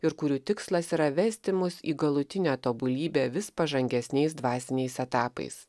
ir kurių tikslas yra vesti mus į galutinę tobulybę vis pažangesniais dvasiniais etapais